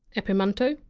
eponymanteau?